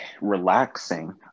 Relaxing